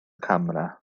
camera